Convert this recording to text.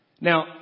Now